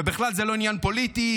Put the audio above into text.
ובכלל זה לא עניין פוליטי,